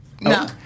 No